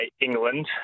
England